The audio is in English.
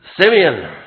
Simeon